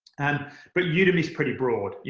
and but yeah udemy's pretty broad. yeah